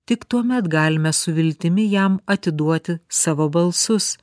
tik tuomet galime su viltimi jam atiduoti savo balsus